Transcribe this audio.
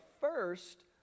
first